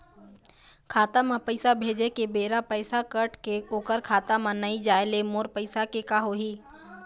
खाता म पैसा भेजे के बेरा पैसा कट के ओकर खाता म नई जाय ले मोर पैसा के का होही?